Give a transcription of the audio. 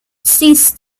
cease